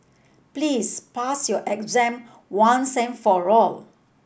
please pass your exam once and for all